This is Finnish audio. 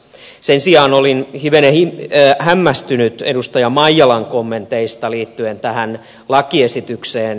sen sijaan olin hivenen hämmästynyt edustaja maijalan kommenteista liittyen tähän lakiesitykseen